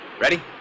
ready